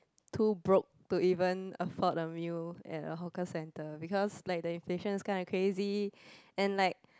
too broke to even afford a meal at a hawker centre because like the inflations kinda crazy and like